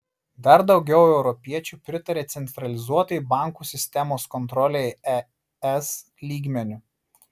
dar daugiau europiečių pritaria centralizuotai bankų sistemos kontrolei es lygmeniu